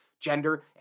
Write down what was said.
gender